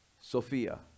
Sophia